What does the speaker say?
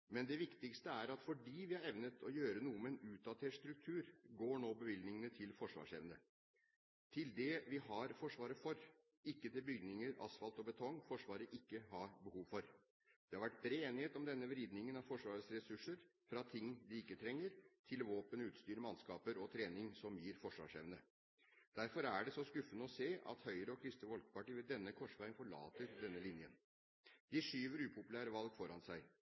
Men det viktigste er at fordi vi har evnet å gjøre noe med en utdatert struktur, går nå bevilgningene til forsvarsevne, til det vi har Forsvaret for – ikke til bygninger, asfalt og betong Forsvaret ikke har behov for. Det har vært bred enighet om denne vridningen av Forsvarets ressurser, fra ting de ikke trenger, til våpen, utstyr, mannskap og trening som gir forsvarsevne. Derfor er det så skuffende å se at Høyre og Kristelig Folkeparti ved denne korsveien forlater denne linjen. De skyver upopulære valg foran seg.